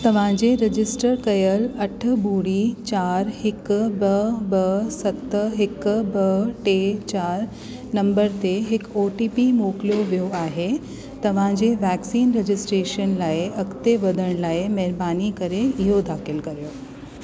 तव्हांजे रजिस्टर कयल अठ ॿुड़ी चारि हिकु ॿ ॿ सत हिकु ॿ टे चारि नंबर ते हिक ओ टी पी मोकिलियो वियो आहे तव्हांजे वैक्सीन रजिस्ट्रेशन लाइ अॻिते वधण लाइ महिरबानी करे इहो दाख़िल करियो